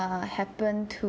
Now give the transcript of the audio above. err happened to